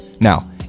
Now